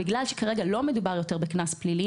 בגלל שכרגע לא מדובר יותר בקנס פלילי